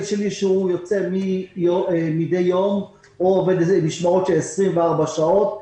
יוצא מדי יום או עובד משמרות של 24 שעות.